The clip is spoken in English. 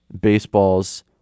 baseball's